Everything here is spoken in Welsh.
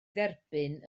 dderbyn